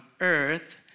earth